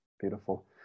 beautiful